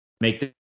make